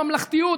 לממלכתיות,